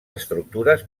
estructures